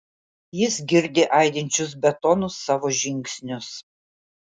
jis girdi aidinčius betonu savo žingsnius